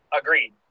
agreed